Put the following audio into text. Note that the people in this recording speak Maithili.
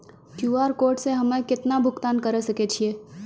क्यू.आर कोड से हम्मय केतना भुगतान करे सके छियै?